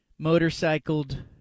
Motorcycled